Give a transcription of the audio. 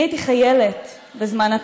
אני רוצה להציע הצעה למליאה: